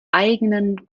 eigenen